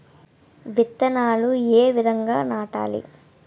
విత్తనాలు ఏ విధంగా నాటాలి?